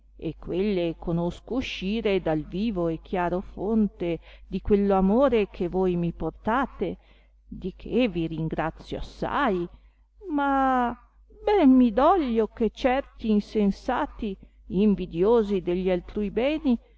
e quelle conosco uscire dal vivo e chiaro fonte di quello amore che voi mi portate di che vi ringrazio assai ma ben mi doglio che certi insensati invidiosi degli altrui beni